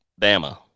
Bama